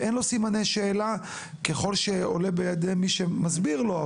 שאין לו סימני שאלה ככל שעולה בידי מי שמסביר לו,